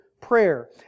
prayer